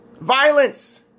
violence